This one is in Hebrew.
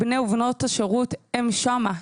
בני ובנות השירות הם שם.